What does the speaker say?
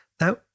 Now